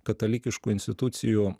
katalikiškų institucijų